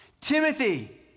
Timothy